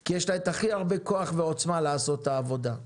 כי יש לה את הכי הרבה כוח ועוצמה לעשות את העבודה.